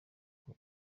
uko